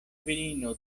virino